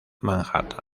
manhattan